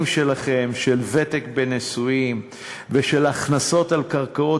שלכם של ותק בנישואים ושל הכנסות על קרקעות,